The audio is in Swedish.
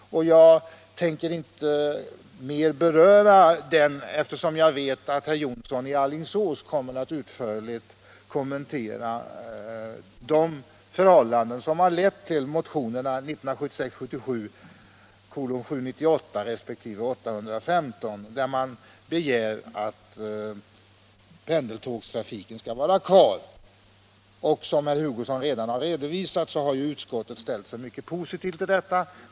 Jag tänker inte mer beröra den, eftersom jag vet att herr Jonsson i Alingsås kommer att utförligt kommentera de förhållanden som har lett till motionerna 798 och 815, där man begär att pendeltågtrafiken skall vara kvar. Som herr Hugosson redan har redovisat har ju utskottet ställt sig mycket positivt till detta.